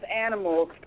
animals